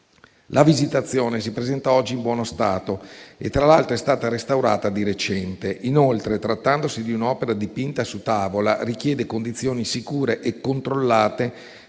La Visitazione si presenta oggi in buono stato e, tra l'altro, è stata restaurata di recente. Inoltre, trattandosi di un'opera dipinta su tavola, richiede condizioni sicure e controllate